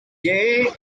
gaye